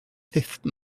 fifth